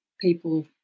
people